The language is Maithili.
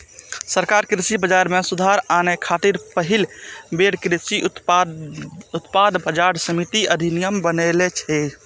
सरकार कृषि बाजार मे सुधार आने खातिर पहिल बेर कृषि उत्पाद बाजार समिति अधिनियम बनेने रहै